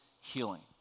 healing